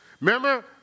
Remember